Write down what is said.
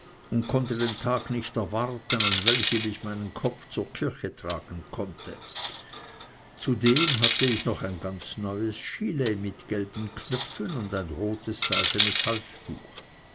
und konnte den tag nicht erwarten an welchem ich meinen kopf zur kirche tragen konnte zudem hatte ich noch ein ganz neues gilet mit gelben knöpfen und ein rotes seidenes halstuch